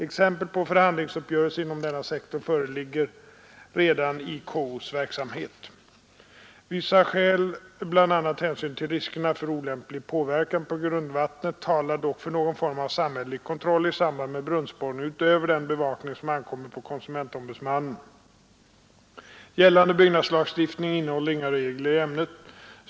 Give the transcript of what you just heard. Exempel på förhandlingsuppgörelser inom denna sektor föreligger redan i KO s verksamhet. Vissa skäl bl.a. hänsynen till riskerna för olämplig påverkan på grundvattnet talar dock för någon form av samhällelig kontroll i samband med brunnsborrning utöver den bevakning som ankommer på konsumentombudsmannen. Gällande byggnadslagstiftning innehåller inga regler i ämnet.